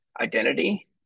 identity